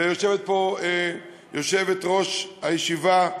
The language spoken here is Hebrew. ויושבת פה יושבת-ראש הישיבה,